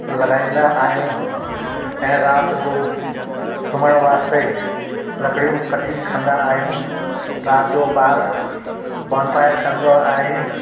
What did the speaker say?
लॻाईंदा आहियूं ऐं राति जो सुम्हण वास्ते लकड़ियूं कठी कंदा आ्यूंहि राति जो ॿार बॉनफायर कंदा आहिनि